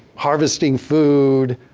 harvesting food,